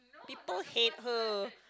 people hate her